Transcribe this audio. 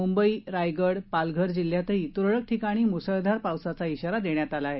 मुंबई रायगड पालघर जिल्ह्यातही तुरळक ठिकाणी मुसळधार पावसाचा शिरा देण्यात आला आहे